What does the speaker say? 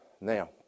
now